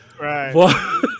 right